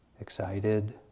excited